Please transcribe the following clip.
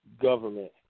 government